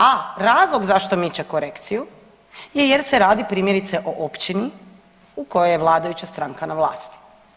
A razlog zašto miče korekciju je jer se radi primjerice o općini u kojoj je vladajuća stranka na vlasti.